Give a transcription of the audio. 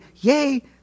Yay